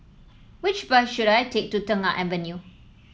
which bus should I take to Tengah Avenue